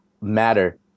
matter